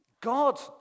God